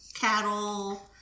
cattle